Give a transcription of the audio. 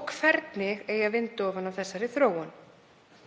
og hvernig vinda eigi ofan af þessari þróun.“